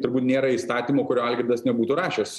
turbūt nėra įstatymo kurio algirdas nebūtų rašęs